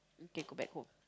we can go back home